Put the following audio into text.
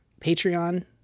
Patreon